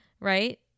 right